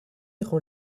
rend